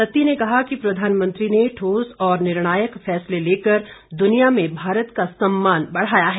सत्ती ने कहा कि प्रधानमंत्री ने ठोस और निर्णायक फैसले लेकर दुनिया में भारत का सम्मान बढ़ाया है